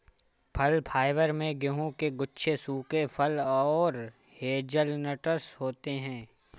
फल फाइबर में गेहूं के गुच्छे सूखे फल और हेज़लनट्स होते हैं